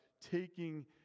taking